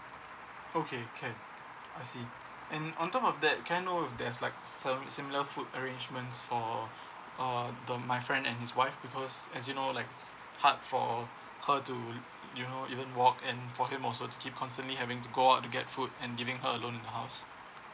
okay can I see and on top of that can I know there's like ser~ similar food arrangements for um the my friend and his wife because as you know likes hard for her to you know even walk and for him also to keep constantly having to go out to get food and leaving her alone in the house